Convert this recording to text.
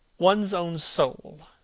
one's own soul,